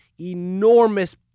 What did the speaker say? enormous